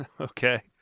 Okay